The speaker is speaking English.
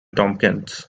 tompkins